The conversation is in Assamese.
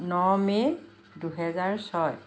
ন মে' দুহেজাৰ ছয়